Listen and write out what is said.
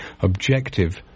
objective